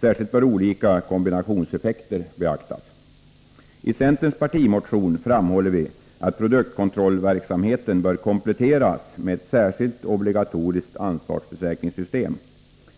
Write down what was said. Särskilt olika kombinationseffekter bör beaktas. I vår partimotion framhåller vi att produktkontrollverksamheten bör kompletteras med ett särskilt, obligatoriskt ansvarsförsäkringssystem.